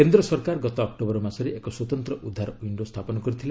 କେନ୍ଦ୍ର ସରକାର ଗତ ଅକ୍ଟୋବର ମାସରେ ଏକ ସ୍ୱତନ୍ତ୍ର ଉଧାର ୱିଶ୍ଡୋ ସ୍ଥାପନ କରିଥିଲେ